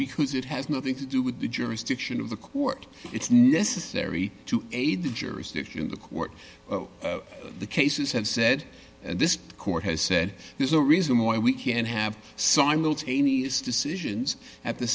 whose it has nothing to do with the jurisdiction of the court it's necessary to aid the jurisdiction in the court cases have said this court has said there's a reason why we can't have simultaneous decisions at the